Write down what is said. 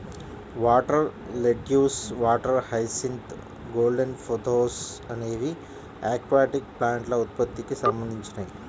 water lettuce, water hyacinth, golden pothos అనేవి aquatic ప్లాంట్ల ఉత్పత్తికి సంబంధించినవి